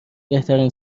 بهترین